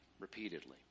repeatedly